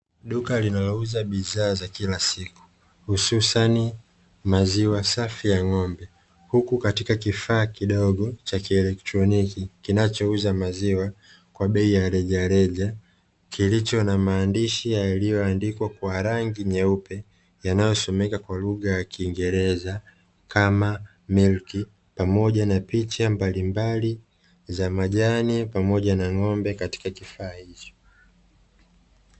Duka linalouza bidhaa za kila siku hususani maziwa safi ya ng'ombe, huku katika kifaa cha kieletroniki kinachouza maziwa kwa njia ya rejareja kilicho na maandishi, yaliyoandikwa kwa rangi nyeupe yanayosomeka kwa lugha ya kiingereza kama "Milk " pamoja na picha za majani pamoja na ng'ombe.